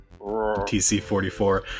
TC-44